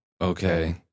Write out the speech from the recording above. okay